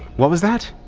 what was that?